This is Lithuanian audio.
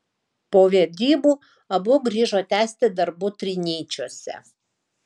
po vedybų abu grįžo tęsti darbų trinyčiuose